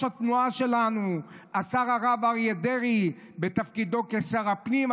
התנועה שלנו השר הרב אריה דרעי בתפקידו כשר הפנים,